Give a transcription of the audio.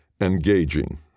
engaging